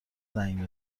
زنگ